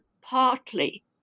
partly